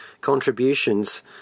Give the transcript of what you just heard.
contributions